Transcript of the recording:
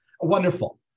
Wonderful